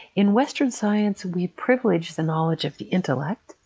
in western science, we privileged the knowledge of the intellect,